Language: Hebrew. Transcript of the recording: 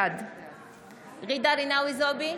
בעד ג'ידא רינאוי זועבי,